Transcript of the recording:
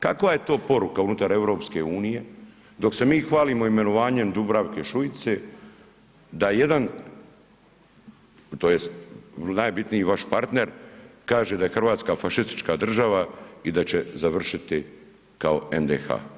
Kakva je to poruka unutar EU, dok se mi hvalimo imenovanjem Dubravke Šuice da jedan tj. najbitniji vaš partner kaže da je Hrvatska fašistička država i da će završiti kao NDH.